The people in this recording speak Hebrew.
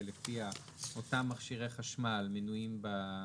שלפיה אותם מכשירי חשמל מנויים בתוספת.